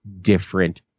different